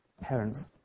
parents